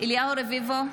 אליהו רביבו,